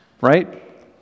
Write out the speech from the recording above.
right